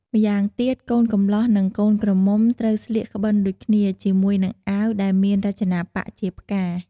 ម្យ៉ាងទៀត កូនកំលោះនិងកូនក្រមុំត្រូវស្លៀកក្បិនដូចគ្នា ជាមួយនឹងអាវដែលមានរចនាប៉ាក់ជាផ្កា។